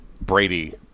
Brady